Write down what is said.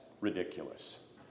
ridiculous